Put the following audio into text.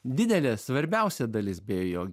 didelė svarbiausia dalis beje jo